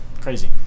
crazy